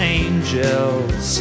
angels